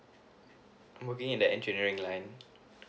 I'm in the engineering land